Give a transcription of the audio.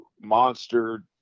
monster